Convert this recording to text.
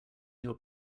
your